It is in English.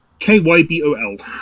KYBOL